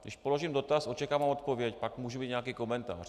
Když položím dotaz, očekávám odpověď, pak mohu mít nějaký komentář.